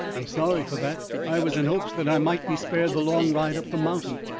i'm sorry for that. i was in hopes that i might be spared the long ride up the mountain.